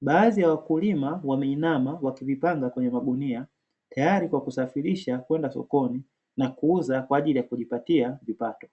Baadhi ya wakulima wameinama wakivipanga kwenye magunia, tayari kwa kusafirisha kwenda sokoni, na kuuza kwa ajili ya kujipatia vipato.